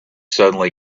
suddenly